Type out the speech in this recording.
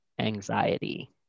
anxiety